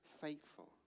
faithful